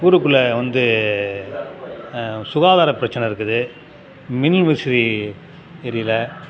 ஊருக்குள்ளே வந்து சுகாதார பிரச்சின இருக்குது மின்விசிறி எரியலை